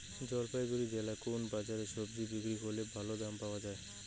জলপাইগুড়ি জেলায় কোন বাজারে সবজি বিক্রি করলে ভালো দাম পাওয়া যায়?